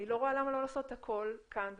אני לא רואה למה לא לעשות את הכול כאן ועכשיו.